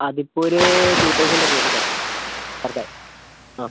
അതിപ്പോൾ ഒരു two thousand ഒക്കെ വരും സർ പെർ ഡേ ആ